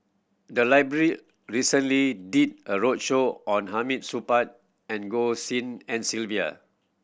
the library recently did a roadshow on Hamid Supaat and Goh Tshin En Sylvia